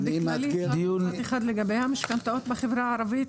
בכללי לגבי המשכנתאות בחברה הערבית,